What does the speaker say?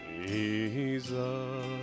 Jesus